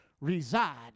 reside